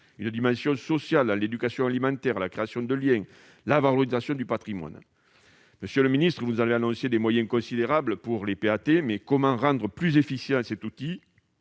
; d'ordre social, par l'éducation alimentaire, la création de liens, la valorisation du patrimoine. Monsieur le ministre, vous allez annoncer des moyens considérables pour les PAT. Pour autant, comment rendre plus efficient cet outil